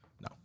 No